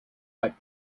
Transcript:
but